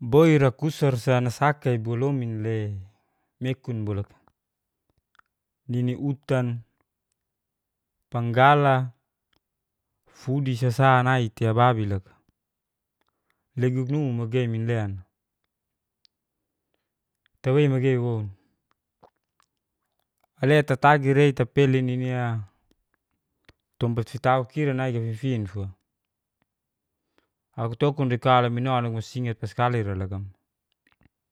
Boira kusarsa nasakai bualomin'le mekunbolak' niniutan. panggala, fudisasa nai'tei ababi loka. Leguknu magei minlean. tawe magei won. Alea tatagirei tapalenini'a tompat fitau kira nai jadi fifinfua, akutokonrei kau lamino langusingat paskali.